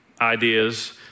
ideas